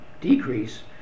decrease